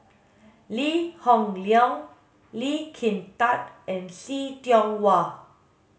Lee Hoon Leong Lee Kin Tat and See Tiong Wah